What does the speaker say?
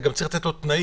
צריך גם לתת לו תנאים.